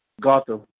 Gotham